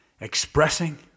expressing